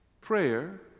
Prayer